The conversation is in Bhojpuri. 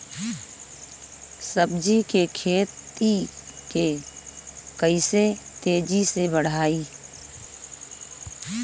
सब्जी के खेती के कइसे तेजी से बढ़ाई?